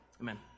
Amen